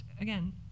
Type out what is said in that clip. again